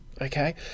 okay